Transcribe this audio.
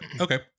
okay